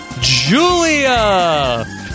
Julia